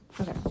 Okay